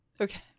Okay